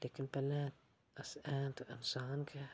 लेकिन पैह्लें अस हैन ते इंसान गै